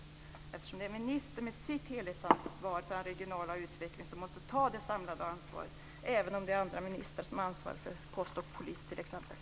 Det är nämligen ministern med sitt helhetsansvar för den regionala utvecklingen som måste ta det samlade ansvaret, även om det är andra ministrar som ansvarar för t.ex. post och polis.